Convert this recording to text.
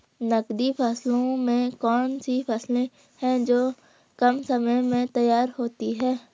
नकदी फसलों में कौन सी फसलें है जो कम समय में तैयार होती हैं?